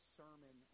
sermon